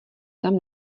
tam